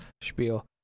spiel